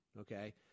okay